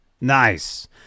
Nice